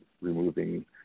removing